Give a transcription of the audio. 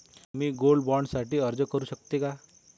मी gold bond साठी अर्ज करु शकते का?